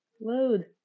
load